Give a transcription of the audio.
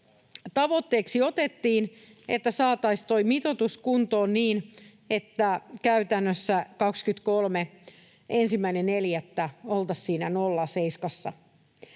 tavoitteeksi otettiin, että saataisiin mitoitus kuntoon niin, että käytännössä 1.4.23 oltaisiin siinä